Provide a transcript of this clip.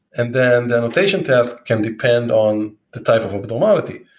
and then the annotation test can depend on the type of abnormality.